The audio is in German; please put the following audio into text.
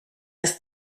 ist